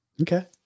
Okay